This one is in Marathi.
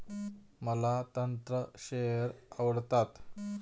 मला तंत्र शेअर आवडतात